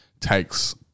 takes